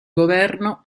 governo